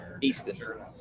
eastern